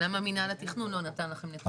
למה מנהל התכנון לא נתן לכם נתונים?